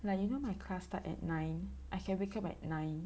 like you know my class start at nine I can wake up at nine